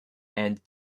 and